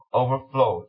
overflow